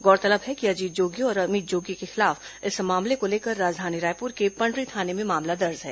गौरतलब है कि अजीत जोगी और अमित जोगी के खिलाफ इस मामले को लेकर राजधानी रायपुर के पंडरी थाने में मामला दर्ज है